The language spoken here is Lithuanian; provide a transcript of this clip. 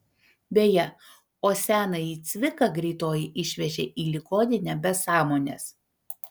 beje o senąjį cviką greitoji išvežė į ligoninę be sąmonės